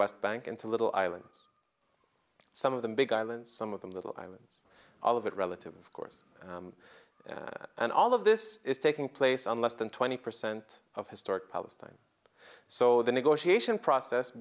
west bank into little islands some of them big island some of them little islands all of it relative of course and all of this is taking place on less than twenty percent of historic palestine so the negotiation process